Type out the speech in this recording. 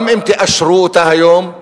גם אם תאשרו אותה היום,